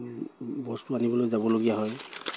বস্তু আনিবলৈ যাবলগীয়া হয়